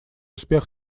успех